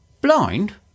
Blind